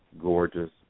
gorgeous